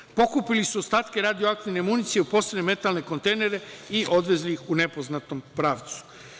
Oni su pokupili ostatke radioaktivne municije u posebne metalne kontejnere i odvezli ih u nepoznatom pravcu.